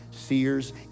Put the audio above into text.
seers